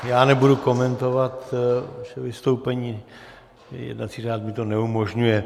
Já nebudu komentovat vystoupení, jednací řád mi to neumožňuje.